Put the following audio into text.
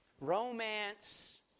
romance